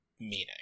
meaning